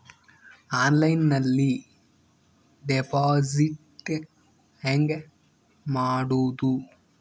ಆನ್ಲೈನ್ನಲ್ಲಿ ಡೆಪಾಜಿಟ್ ಹೆಂಗ್ ಮಾಡುದು?